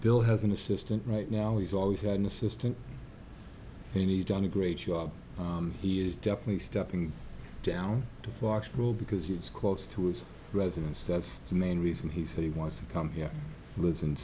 bill has an assistant right now he's always had an assistant and he's done a great show up he is definitely stepping down role because it's close to his residence that's the main reason he said he wants to come here lives